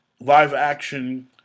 live-action